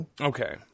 Okay